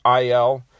IL